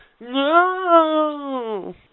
no